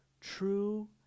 true